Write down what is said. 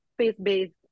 space-based